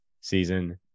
season